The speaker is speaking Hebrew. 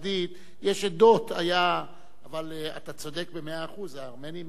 יש עדות, אבל אתה צודק במאה אחוז, הארמנים הם עם.